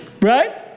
right